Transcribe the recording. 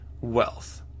wealth